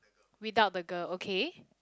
without the girl okay